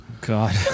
God